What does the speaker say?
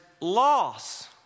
loss